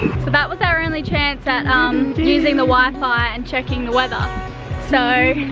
so that was our only chance at um using the wi-fi and checking the weather so